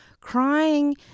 crying